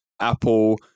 Apple